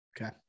Okay